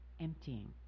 emptying